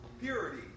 purity